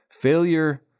Failure